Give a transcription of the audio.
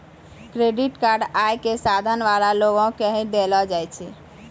credit card आय क साधन वाला लोगो के ही दयलो जाय छै